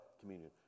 communion